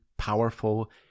Powerful